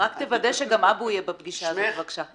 רק תוודא שגם אבו יהיה בפגישה הזאת, בבקשה.